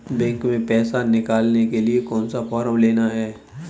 Bank में पैसा निकालने के लिए कौन सा फॉर्म लेना है?